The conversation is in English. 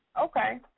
Okay